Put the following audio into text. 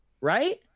right